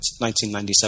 1997